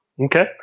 Okay